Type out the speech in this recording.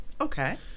Okay